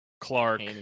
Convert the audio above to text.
Clark